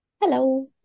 Hello